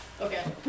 Okay